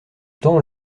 temps